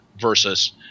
versus